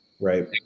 Right